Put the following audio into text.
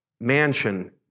mansion